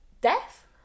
Death